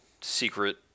secret